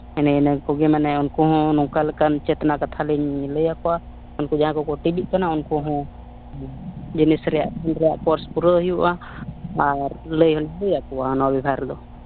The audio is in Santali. ᱮᱱᱮ ᱤᱱᱟᱹ ᱠᱚᱜᱮ ᱢᱟᱱᱮ ᱩᱱᱠᱩ ᱦᱚᱸ ᱱᱚᱝᱠᱟ ᱞᱮᱠᱟᱱ ᱪᱮᱛᱱᱟ ᱠᱟᱛᱷᱟ ᱞᱤᱧ ᱞᱟᱹᱭ ᱟᱠᱚᱣᱟ ᱩᱱᱠᱩ ᱡᱟᱦᱟᱸᱭ ᱠᱚᱠᱚ ᱴᱤᱵᱷᱤᱜ ᱠᱟᱱᱟ ᱩᱱᱠᱩ ᱦᱚᱸ ᱡᱤᱱᱤᱥ ᱨᱮᱭᱟᱜ ᱨᱟᱱ ᱨᱮᱭᱟᱜ ᱠᱳᱨᱥ ᱯᱩᱨᱟᱹᱣ ᱦᱩᱭᱩᱜᱼᱟ ᱟᱨ ᱞᱟᱹᱭ ᱦᱚᱸᱧ ᱞᱟᱹᱭ ᱟᱠᱚᱣᱟ ᱱᱚᱣᱟ ᱵᱮᱵᱷᱟᱨ ᱫᱚ